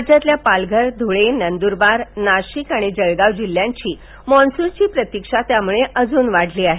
राज्यातल्या पालघर धुळे नंदूरबार नाशिक आणि जळगाव जिल्ह्यांची मान्सूनची प्रतिक्षा त्यामुळे अजून वाढली आहे